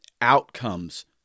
Outcomes